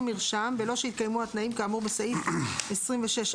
מרשם בלא שהתקיימו התנאים כאמור בסעיף 26(א3);